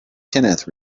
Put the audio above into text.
kenneth